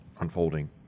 unfolding